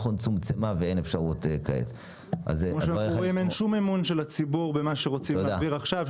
אין שום אמון של הציבור במה שרוצים להעביר עכשיו,